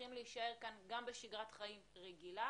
צריכים להישאר כאן גם בשגרת חיים רגילה